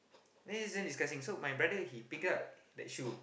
then is damn disgusting so my brother he dig up that shoe